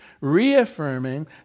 reaffirming